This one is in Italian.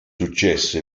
successo